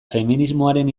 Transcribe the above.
feminismoaren